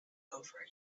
over